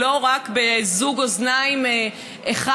ולא רק בזוג אוזניים אחד.